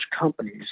companies